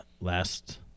last